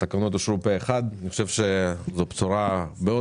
0 התקנות אושרו אני חושב שזו בשורה מאוד